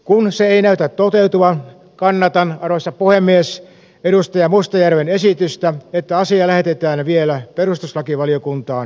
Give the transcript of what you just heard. kun se ei näytä toteutuvan kannatan arvoisa puhemies edustaja mustajärven esitystä että asia lähetetään vielä perustuslakivaliokuntaan